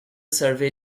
survey